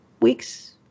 weeks